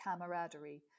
camaraderie